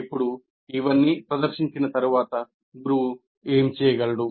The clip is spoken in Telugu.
ఇప్పుడు ఇవన్నీ ప్రదర్శించిన తరువాత గురువు ఏమి చేయగలడు